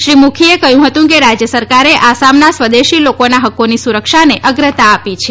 શ્રી મુખીએ કહ્યું હતું કે રાજ્ય સરકારે આસામના સ્વદેસી લોકોના હક્કોની સુરક્ષાને અગ્રતા આપી છે